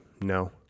No